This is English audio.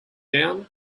down